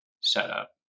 setup